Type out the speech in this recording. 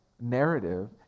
narrative